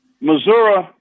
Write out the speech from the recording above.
Missouri